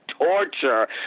torture